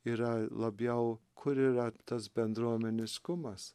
yra labiau kur yra tas bendruomeniškumas